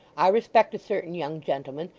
i respect a certain young gentleman,